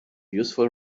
useful